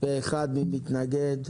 מי מתנגד?